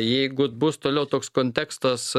jeigu bus toliau toks kontekstas